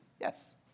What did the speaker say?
Yes